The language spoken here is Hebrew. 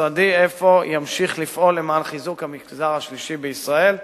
משרדי ימשיך אפוא לפעול למען חיזוק המגזר השלישי בישראל.